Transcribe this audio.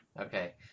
Okay